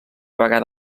vegada